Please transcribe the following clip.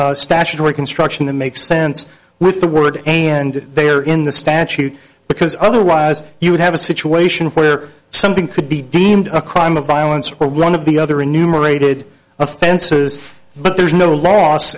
statutory construction that makes sense with the word and there in the statute because otherwise you would have a situation where something could be deemed a crime of violence or one of the other enumerated offenses but there's no l